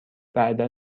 بعدا